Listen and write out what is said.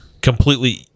completely